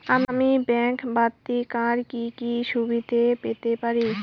আমি ব্যাংক ব্যথিত আর কি কি সুবিধে পেতে পারি?